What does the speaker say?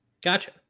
Gotcha